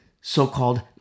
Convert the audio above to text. so-called